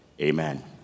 Amen